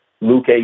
Luke